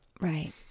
Right